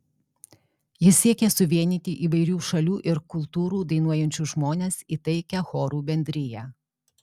jis siekė suvienyti įvairių šalių ir kultūrų dainuojančius žmones į taikią chorų bendriją